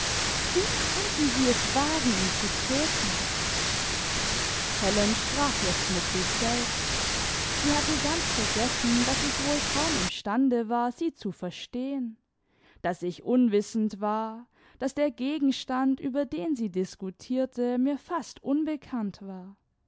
wie konnten sie es wagen ihn zu töten helen sprach jetzt mit sich selbst sie hatte ganz vergessen daß ich wohl kaum im stande war sie zu verstehen daß ich unwissend war daß der gegenstand über den sie diskutierte mir fast unbekannt war